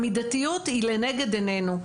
המידתיות היא לנגד עינינו,